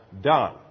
done